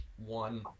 one